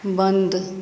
बन्द